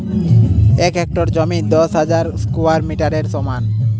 এক হেক্টর জমি দশ হাজার স্কোয়ার মিটারের সমান